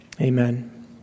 Amen